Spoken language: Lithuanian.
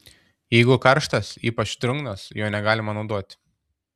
jeigu karštas ypač drungnas jo negalima naudoti